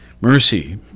mercy